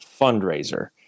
fundraiser